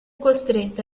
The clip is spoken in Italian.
costretta